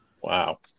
Wow